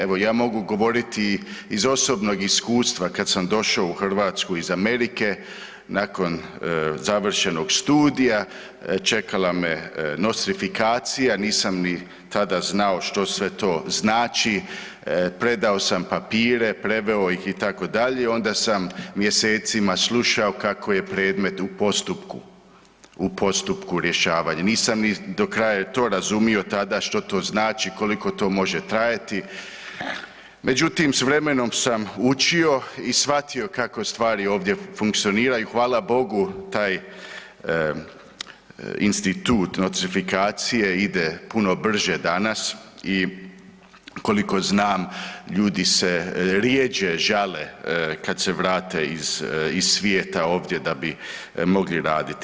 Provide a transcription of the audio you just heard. Evo, ja mogu govoriti iz osobnog iskustva kad sam došao u Hrvatsku iz Amerike nakon završenog studija čekala me nostrifikacija, nisam ni tada znao što sve to znači, predao sam papire, preveo ih, itd., onda sam mjesecima slušao kako je predmet u postupku rješavanja, nisam do kraja to razumio tada što to znači, koliko to može trajati, međutim, s vremenom sam učio i shvatio kako stvari ovdje funkcioniraju i hvala Bogu, taj institut nostrifikacije ide puno brže danas i koliko znam, ljudi se rjeđe žale kad se vrate iz svijeta ovdje da bi mogli raditi.